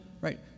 right